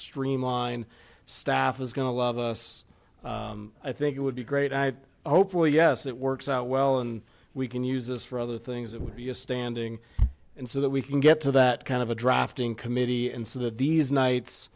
streamline staff is going to love us i think it would be great i hope for yes it works out well and we can use this for other things that would be a standing in so that we can get to that kind of a drafting committee and so that these nights